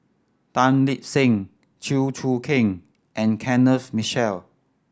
Tan Lip Seng Chew Choo Keng and Kenneth Mitchell